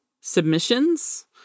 submissions